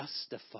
justify